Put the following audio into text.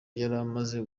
yaramaze